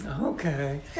Okay